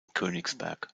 königsberg